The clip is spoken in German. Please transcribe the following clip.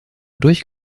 durch